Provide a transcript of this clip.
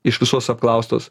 iš visos apklaustos